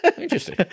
Interesting